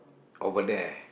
over there